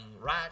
right